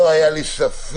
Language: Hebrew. לא היה לי ספק,